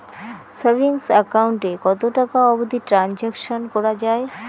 Savings account এ কতো টাকা অবধি ট্রানসাকশান করা য়ায়?